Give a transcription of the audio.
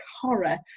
horror